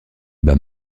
bat